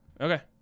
Okay